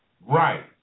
Right